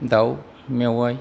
दाउ मेवाइ